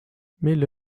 mille